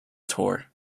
tour